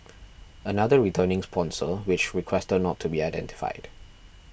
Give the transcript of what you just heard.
another returning sponsor which requested not to be identified